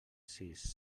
sis